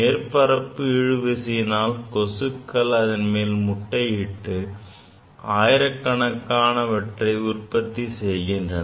மேற்பரப்பு இழுவிசையினால் கொசுக்கள் அதன்மேல் முட்டையிட்டு ஆயிரக்கணக்கான கொசுக்கள் உற்பத்தி ஆகின்றன